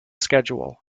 schedule